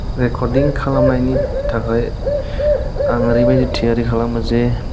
recording खालामनायनि थाखाय आं ओरैबायदि थियारि खालामो जे